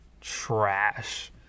trash